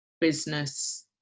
business